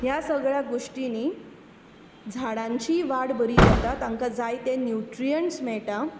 ह्या सगळ्या गोश्टीनी झाडांचीय वाड बरी जाता तांकां जाय ते न्यूट्रीअन्ट्स मेळटा